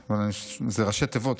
זה ראשי תיבות,